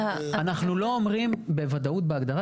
אנחנו לא אומרים בוודאות בהגדרה.